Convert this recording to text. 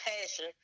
passion